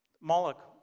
Moloch